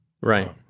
Right